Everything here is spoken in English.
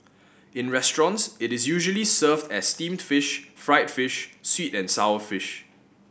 in restaurants it is usually served as steamed fish fried fish sweet and sour fish